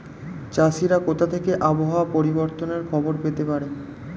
চাষিরা কোথা থেকে আবহাওয়া পরিবর্তনের খবর পেতে পারে?